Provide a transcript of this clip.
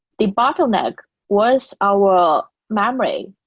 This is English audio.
the bottleneck was our memory,